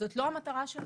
זאת לא המטרה שלנו.